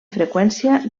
freqüència